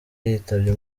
yitabye